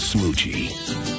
Smoochie